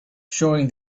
showing